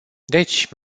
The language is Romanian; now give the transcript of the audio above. deci